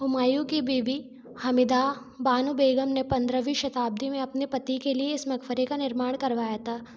हुमायूँ की बीबी हामीदा बानो बेगम ने पन्द्रहवीं शताब्दी में अपने पति के लिए इस मकबरे का निर्माण करवाया था